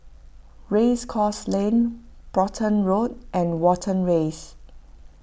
Race Course Lane Brompton Road and Watten